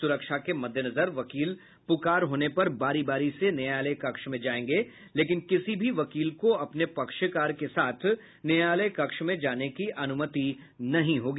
सुरक्षा के मद्देनजर वकील पुकार होने पर बारी बारी से न्यायालय कक्ष में जाएंगे लेकिन किसी भी वकील को अपने पक्षकार के साथ न्यायालय कक्ष में जाने की अनुमति नहीं होगी